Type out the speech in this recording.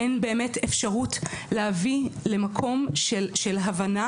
אין באמת אפשרות להביא למקום של הבנה